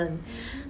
mm